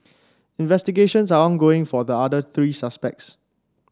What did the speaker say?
investigations are ongoing for the other three suspects